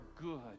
good